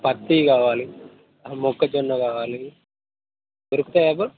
పత్తి కావాలి మొక్కజొన్న కావాలి దొరుకుతాయా బ్రో